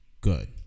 good